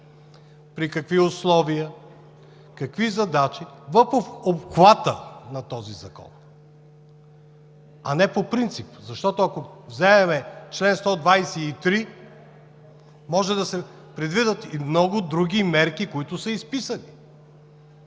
при какви условия, какви задачи в обхвата на този закон, а не по принцип, защото ако вземем чл. 123, може да се предвидят и много други мерки, които са изписани.